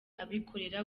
abikorera